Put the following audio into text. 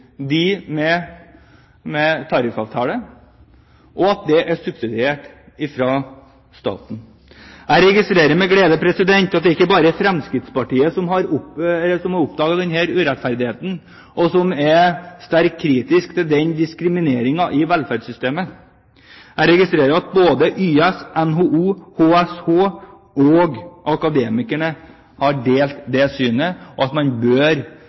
med tariffavtale, og ordningen er subsidiert av staten. Jeg registrerer med glede at det ikke bare er Fremskrittspartiet som har oppdaget denne urettferdigheten, og som er sterkt kritisk til denne diskrimineringen i velferdssystemet. YS, NHO, HSH og Akademikerne deler dette synet og mener at man bør